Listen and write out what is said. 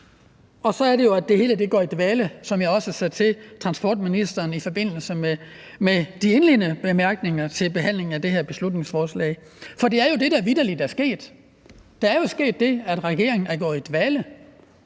og så er det jo, at det hele går i dvale, som jeg også sagde til transportministeren i forbindelse med de indledende bemærkninger til behandlingen af det her beslutningsforslag. For det er jo det, der vitterlig er sket. Der er jo sket det, at regeringen er gået i dvale,